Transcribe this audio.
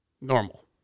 normal